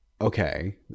okay